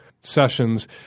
sessions